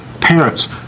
Parents